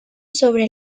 sobre